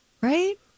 right